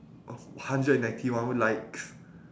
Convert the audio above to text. oh hundred and ninety one likes